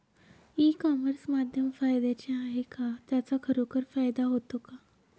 E commerce माध्यम फायद्याचे आहे का? त्याचा खरोखर फायदा होतो का?